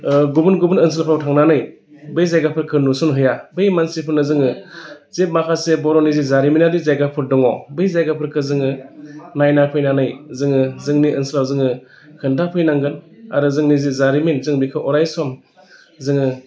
गुबुन गुबुन ओनसोलफोराव थांनानै बै जायगाफोरखौ नुसनहैया बै मानसिफोरनो जोङो जे माखासे बर'नि जि जारिमिनारि जायगाफोर दङ बै जायगाफोरखौ जोङो नायना फैनानै जोङो जोंनि ओनसोलाव जोङो खोन्थाफैनांगोन आरो जोंनि जारिमिन जों बेखौ अराय सम जोङो